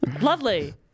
Lovely